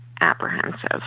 apprehensive